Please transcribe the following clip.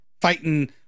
fighting